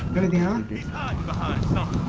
but of the honesty not but